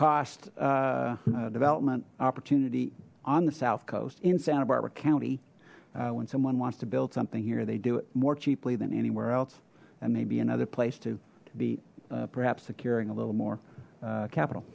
cost development opportunity on the south coast in santa barbara county when someone wants to build something here they do it more cheaply than anywhere else and maybe another place to be perhaps securing a little more capital